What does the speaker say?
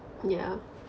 yeah